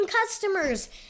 customers